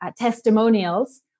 testimonials